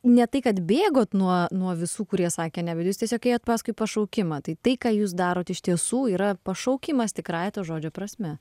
ne tai kad bėgot nuo nuo visų kurie sakė ne bet jus tiesiog ėjot paskui pašaukimą tai tai ką jūs darot iš tiesų yra pašaukimas tikrąja to žodžio prasme